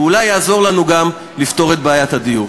ואולי יעזור לנו גם לפתור את בעיית הדיור.